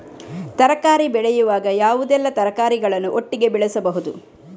ತರಕಾರಿ ಬೆಳೆಯುವಾಗ ಯಾವುದೆಲ್ಲ ತರಕಾರಿಗಳನ್ನು ಒಟ್ಟಿಗೆ ಬೆಳೆಸಬಹುದು?